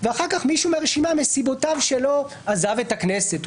ואחר כך מישהו מהרשימה מסיבותיו שלו עזב את הכנסת,